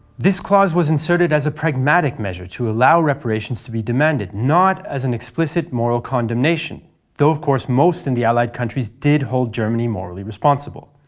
this clause was inserted as a pragmatic measure to allow reparations to be demanded, not as an explicit moral condemnation though of course most in the allied countries did hold germany morally responsible.